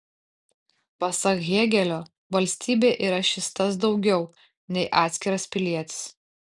pasak hėgelio valstybė yra šis tas daugiau nei atskiras pilietis